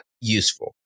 useful